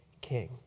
king